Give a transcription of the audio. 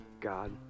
God